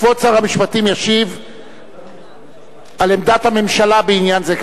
כבוד שר המשפטים ישיב על עמדת הממשלה בעניין זה.